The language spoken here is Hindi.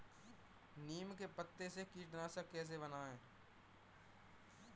नीम के पत्तों से कीटनाशक कैसे बनाएँ?